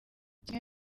kimwe